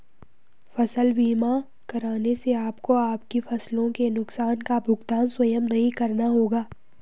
फसल बीमा कराने से आपको आपकी फसलों के नुकसान का भुगतान स्वयं नहीं करना होगा